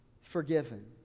forgiven